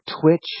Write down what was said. Twitch